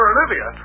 Olivia